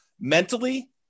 mentally